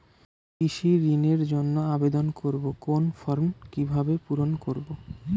কৃষি ঋণের জন্য আবেদন করব কোন ফর্ম কিভাবে পূরণ করব?